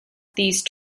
these